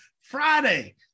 Friday